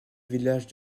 village